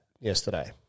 yesterday